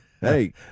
Hey